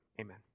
Amen